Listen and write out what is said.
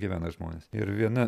gyvena žmonės ir viena